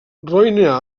roine